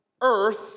earth